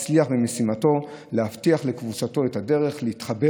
הצליח במשימתו להבטיח לקבוצתו את הדרך להתחבר